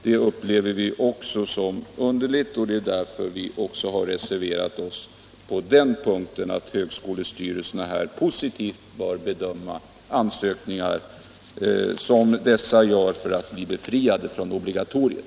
Det upplever vi som underligt, och det är därför vi reserverat oss för att högskolorna positivt bör bedöma ansökningar som sådana studenter gör för att bli befriade från obligatoriet.